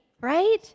right